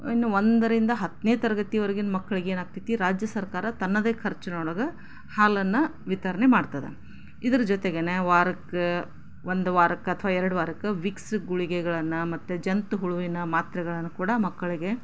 ಇನ್ನು ಒಂದರಿಂದ ಹತ್ತನೇ ತರಗತಿವರೆಗಿನ ಮಕ್ಳಿಗೆ ಏನಾಗ್ತೈತೆ ರಾಜ್ಯ ಸರ್ಕಾರ ತನ್ನದೇ ಖರ್ಚಿನೊಳಗೆ ಹಾಲನ್ನು ವಿತರಣೆ ಮಾಡ್ತದೆ ಇದರ ಜೊತೆಗೆ ವಾರಕ್ಕೆ ಒಂದು ವಾರಕ್ಕೆ ಅಥವಾ ಎರಡು ವಾರಕ್ಕೆ ವಿಕ್ಸ್ ಗುಳಿಗೆಗಳನ್ನು ಮತ್ತು ಜಂತು ಹುಳುವಿನ ಮಾತ್ರೆಗಳನ್ನು ಕೂಡ ಮಕ್ಕಳಿಗೆ